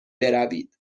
بروید